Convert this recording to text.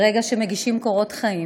ברגע שמגישים קורות חיים,